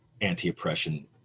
anti-oppression